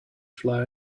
fly